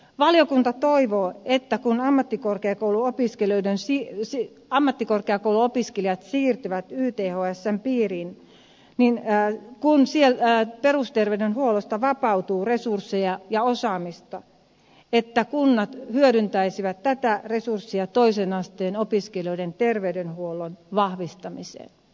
valiokunta toivoo että kun ammattikorkeakouluopiskelijat siirtyvät ythsn piiriin ja kun perusterveydenhuollosta vapautuu resursseja ja osaamista niin kunnat hyödyntäisivät tätä resurssia toisen asteen opiskelijoiden terveydenhuollon vahvistamiseen